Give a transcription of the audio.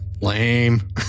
lame